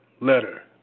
Letter